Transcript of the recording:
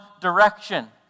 direction